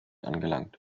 angelangt